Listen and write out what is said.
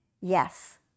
yes